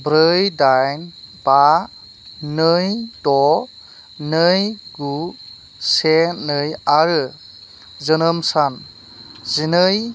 ब्रै दाइन बा नै द नै गु से नै आरो जोनोम सान जिनै